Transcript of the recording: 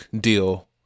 deal